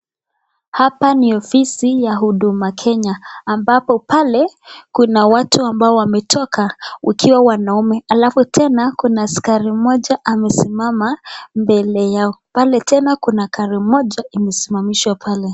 Hapa ni ofisi ya huduma Kenya ambapo pale kuna watu ambao wametoka wakiwa wanaumme. Halafu tena kuna askari mmoja amesimama mbele yao. Pale tena kuna gari moja imesimamishwa pale.